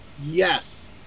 Yes